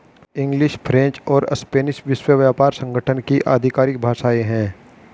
English, French और Spanish विश्व व्यापार संगठन की आधिकारिक भाषाएं है